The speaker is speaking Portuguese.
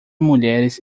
mulheres